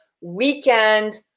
weekend